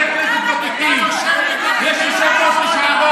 אדוני היושב-ראש, אתם צריכים להתבייש בנושא הזה.